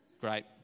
Great